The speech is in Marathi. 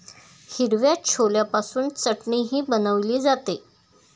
हिरव्या छोल्यापासून चटणीही बनवली जाते